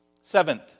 Seventh